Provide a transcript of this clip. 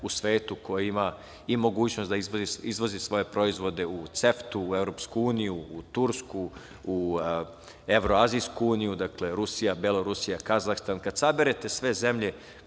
u svetu koja ima i mogućnost da izvozi svoje proizvode u CEFTA, u EU, u Tursku, u Evroazijsku uniju, dakle, Rusija, Belorusija, Kazahstan. Kad saberete sve zemlje